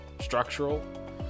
Structural